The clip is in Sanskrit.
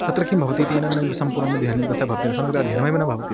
तत्र किं भवति तेन न सम्पूर्णमध्ययनं तस्य भवति सम्यकाध्ययनमेव न भवति